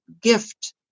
gift